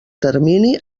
termini